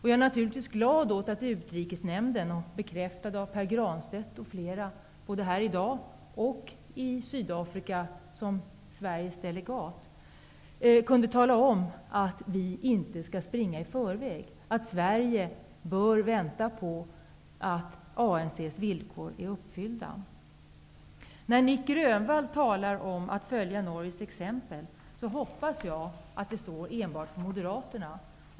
Jag är naturligtvis glad över att Utrikesnämnden -- detta har bekräftats av Pär Granstetd m.fl. både här i dag och vid mötet i Sydafrika -- uttalade att Sverige inte skall springa i förväg, utan vänta på att ANC:s villkor blir uppfyllda. När Nic Grönvall talar om att följa Norges exempel, hoppas jag att det enbart står för moderaterna.